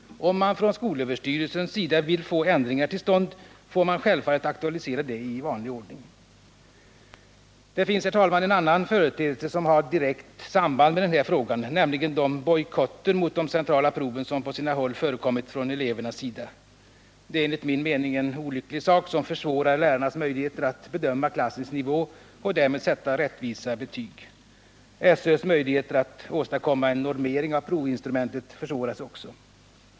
Om man från skolöverstyrelsens sida vill få ändringar till stånd får man självfallet aktualisera det i vanlig ordning. Det finns en annan företeelse som har direkt samband med den här frågan, nämligen de bojkotter mot de centrala proven som på sina håll förekommit från elevernas sida. Det är enligt min mening en olycklig sak som försvårar lärarnas möjligheter att bedöma klassens nivå och därmed sätta rättvisa betyg. SÖ:s möjligheter att åstadkomma en normering av provinstrumentet försvåras också.